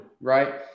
right